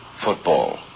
football